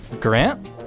Grant